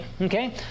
Okay